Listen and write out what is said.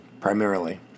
primarily